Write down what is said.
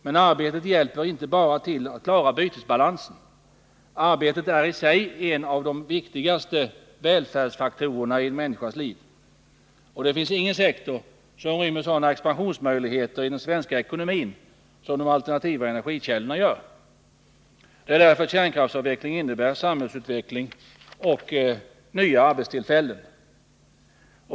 Men arbetet hjälper inte bara till att klara bytesbalansen. Arbete är i sig en av de viktigaste välfärdsfaktorerna i en människas liv, och det finns ingen sektor som rymmer sådana expansionsmöjligheter i den svenska ekonomin som de alternativa energikällorna. Det är därför kärnkraftsavveckling innebär samhällsutveckling och nya arbetstillfällen.